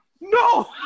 No